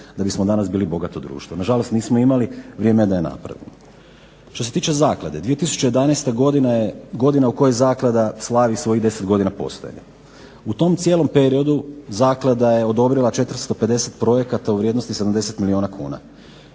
da bismo danas bili bogato društvo. Na žalost nismo imali. Vrijeme je da je napravimo. Što se tiče zaklade 2011. godina je godina u kojoj Zaklada slavi svojih 10 godina postojanja. U tom cijelom periodu Zaklada je odobrila 250 projekata u vrijednosti 70 milijuna kuna.